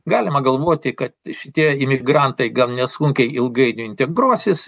galima galvoti kad šitie imigrantai gan nesunkiai ilgainiui integruosis